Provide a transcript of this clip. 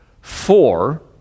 four